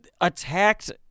attacked